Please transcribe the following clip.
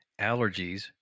allergies